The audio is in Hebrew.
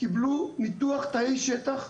קיבלו ניתוח תאי שטח,